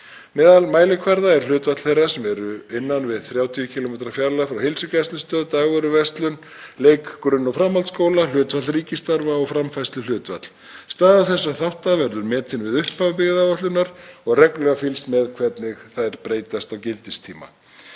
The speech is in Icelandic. Meðal mælikvarða er hlutfall þeirra sem eru í innan við 30 km fjarlægð frá heilsugæslustöð, dagvöruverslun, leik-, grunn- og framhaldsskóla, hlutfall ríkisstarfa og framfærsluhlutfall. Staða þessara þátta verður metin við upphaf byggðaáætlunar og reglulega fylgst með hvernig þeir breytast á gildistíma.